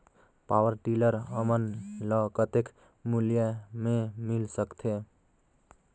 Power tiller हमन ल कतेक मूल्य मे मिल सकथे?